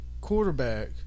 quarterback